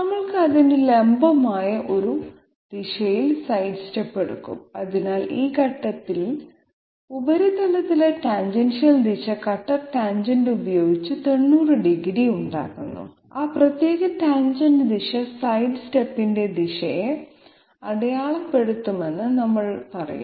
നമ്മൾ അതിന് ലംബമായ ഒരു ദിശയിൽ സൈഡ്സ്റ്റെപ്പ് എടുക്കും അതിനാൽ ഈ ഘട്ടത്തിൽ ഉപരിതലത്തിലെ ടാൻജെൻഷ്യൽ ദിശ കട്ടർ ടാൻജന്റ് ഉപയോഗിച്ച് 90 ഡിഗ്രി ഉണ്ടാക്കുന്നു ആ പ്രത്യേക ടാൻജെന്റ് ദിശ സൈഡ്സ്റ്റെപ്പിന്റെ ദിശയെ അടയാളപ്പെടുത്തുമെന്ന് നമ്മൾ പറയും